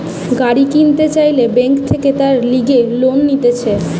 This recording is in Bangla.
গাড়ি কিনতে চাইলে বেঙ্ক থাকে তার লিগে লোন দিতেছে